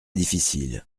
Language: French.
difficile